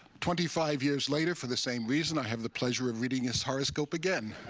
twenty five years later, for the same reason, i have the pleasure of reading his horoscope again.